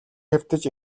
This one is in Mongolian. хэвтэж